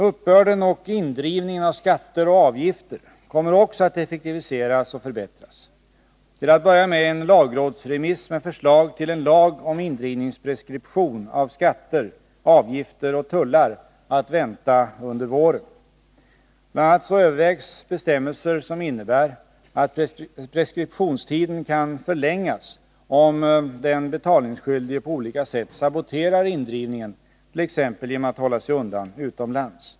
Uppbörden och indrivningen av skatter och avgifter kommer också att effektiveras och förbättras. Till att börja med är en lagrådsremiss med förslag till en lag om indrivningspreskription av skatter, avgifter och tullar att vänta under våren. Bl. a. övervägs bestämmelser som innebär att preskriptionstiden kan förlängas om den betalningsskyldige på olika sätt saboterar indrivningen, t.ex. genom att hålla sig undan utomlands.